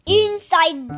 inside